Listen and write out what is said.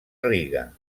riga